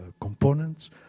components